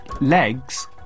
legs